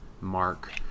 mark